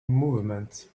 movement